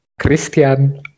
Christian